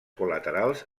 col·laterals